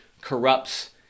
corrupts